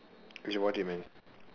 you should watch it man